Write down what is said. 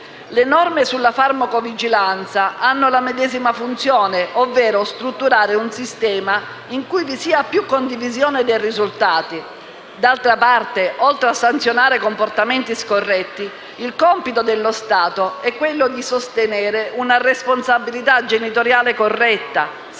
Le norme sulla farmacovigilanza hanno la medesima funzione, ovvero strutturare un sistema in cui vi sia più condivisione dei risultati: d'altra parte, oltre a sanzionare comportamenti scorretti, il compito dello Stato è quello di sostenere una responsabilità genitoriale corretta, sana